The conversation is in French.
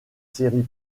séries